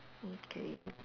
okay